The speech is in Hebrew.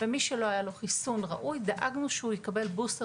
ומי שלא היה לו חיסון ראוי דאגנו שהוא יקבל בוסטר